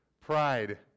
pride